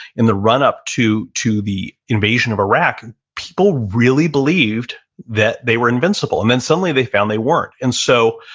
in the run up to, to the invasion of iraq, and people really believed that they were invincible. and then suddenly they found they weren't. and so,